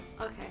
Okay